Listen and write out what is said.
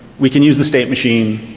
we can use the state machine,